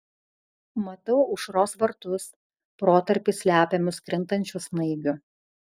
matau aušros vartus protarpiais slepiamus krintančių snaigių